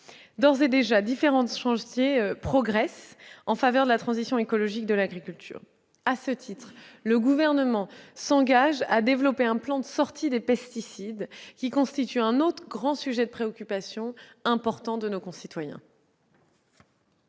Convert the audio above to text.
D'ores et déjà, différents chantiers progressent vers la transition écologique de l'agriculture. À ce titre, le Gouvernement s'engage à développer un plan de sortie des pesticides, qui constituent un autre grand sujet de préoccupation pour nos concitoyens.